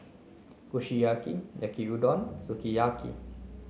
Kushiyaki Yaki Udon Sukiyaki